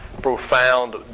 profound